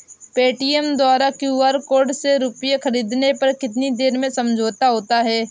Paytm द्वारा QR से रूपए ख़रीदने पर कितनी देर में समझौता होता है?